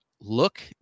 look